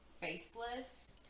faceless